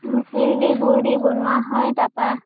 তিল দি গুৰ দি বনোৱা হয় তাৰপৰা